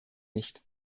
nicht